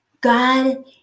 God